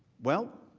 well,